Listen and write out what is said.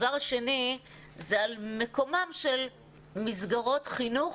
הדבר השני זה על מקומן של מסגרות חינוך